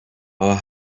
our